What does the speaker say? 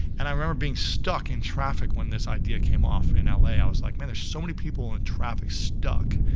and i remember being stuck in traffic when this idea came off in l a. i was like man there's so many people in traffic stuck,